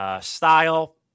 style